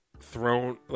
thrown